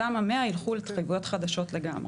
אותם ה-100 ילכו להתחייבויות חדשות לגמרי.